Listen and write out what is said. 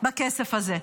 עבורם בכסף הזה.